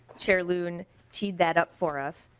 chair loon keyed that up for us.